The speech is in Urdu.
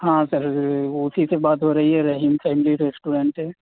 ہاں سر اسی سے بات ہو رہی ہے رحیم فیملی ریسٹورینٹ سے